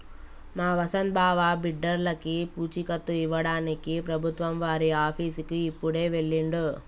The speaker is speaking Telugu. మా వసంత్ బావ బిడ్డర్లకి పూచీకత్తు ఇవ్వడానికి ప్రభుత్వం వారి ఆఫీసుకి ఇప్పుడే వెళ్ళిండు